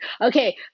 okay